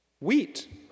Wheat